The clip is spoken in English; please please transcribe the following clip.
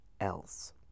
else